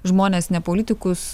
žmonės ne politikus